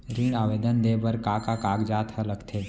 ऋण आवेदन दे बर का का कागजात ह लगथे?